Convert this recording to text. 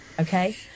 okay